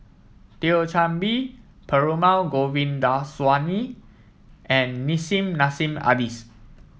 Thio Chan Bee Perumal Govindaswamy and Nissim Nassim Adis